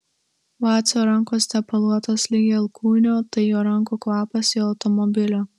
vacio rankos tepaluotos ligi alkūnių tai jo rankų kvapas jo automobilio